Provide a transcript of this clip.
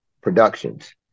Productions